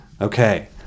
Okay